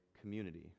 community